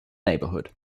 neighborhood